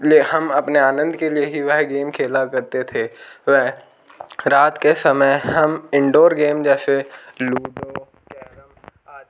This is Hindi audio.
हम अपने आनंद के लिए ही वह गेम खेला करते थे वह रात के समय हम इनडोर गेम जैसे लूडो कैरम आदि